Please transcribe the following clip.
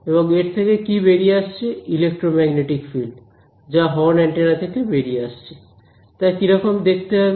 এবং এর থেকে কি বেরিয়ে আসছে ইলেক্ট্রো ম্যাগনেটিক ফিল্ড যা হর্ন অ্যান্টেনা থেকে বেরিয়ে আসছে তা কিরকম দেখতে হবে